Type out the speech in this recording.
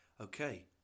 Okay